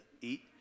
eat